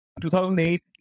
2008